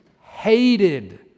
hated